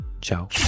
ciao